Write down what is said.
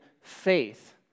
faith